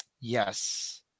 yes